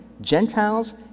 Gentiles